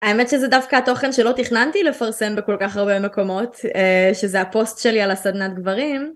האמת שזה דווקא התוכן שלא תכננתי לפרסם בכל כך הרבה מקומות שזה הפוסט שלי על הסדנת גברים.